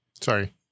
Sorry